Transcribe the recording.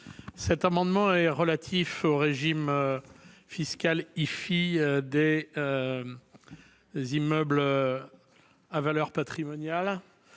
Cet amendement est relatif au régime de l'IFI des immeubles à valeur patrimoniale.